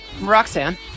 Roxanne